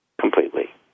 completely